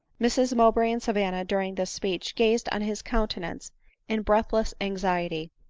mrs mowbray and savanna, during this speech, gazed on his countenance in breathless anxiety,